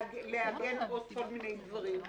לעגן עוד כל מיני דברים.